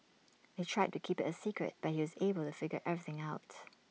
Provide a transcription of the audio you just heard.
they tried to keep IT A secret but he was able to figure everything out